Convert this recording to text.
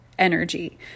energy